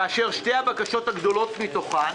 כאשר שתי הבקשות הגדולות מתוכן